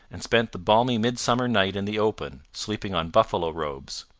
and spent the balmy midsummer night in the open, sleeping on buffalo robes.